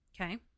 Okay